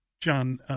John